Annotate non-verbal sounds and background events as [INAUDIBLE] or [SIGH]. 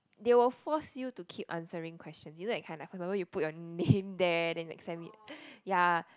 they will force you to keep answering question you know that kind right for example you put your name [BREATH] there then like send it ya